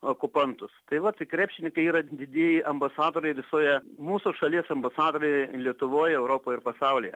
okupantus tai va tai krepšininkai yra didieji ambasadoriai visoje mūsų šalies ambasadoriai lietuvoj europoj ir pasaulyje